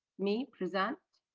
me, present?